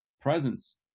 presence